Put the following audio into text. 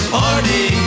party